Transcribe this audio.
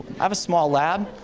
have a small lab.